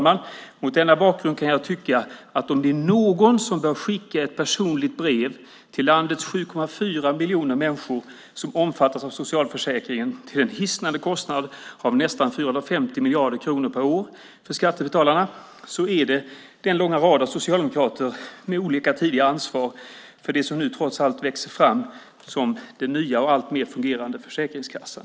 Mot denna bakgrund kan jag tycka att om det är någon som bör skicka ett personligt brev till landets 7,4 miljoner människor som omfattas av socialförsäkringen till en hisnande kostnad av nästan 450 miljarder per år för skattebetalarna är det den långa rad av socialdemokrater med olika tidigare ansvar för det som nu trots allt växer fram som den nya och alltmer fungerande Försäkringskassan.